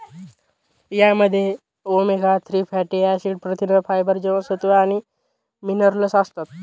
यामध्ये omega three fatty acid, प्रथिने, fibre, जीवनसत्व आणि मिनरल्स असतात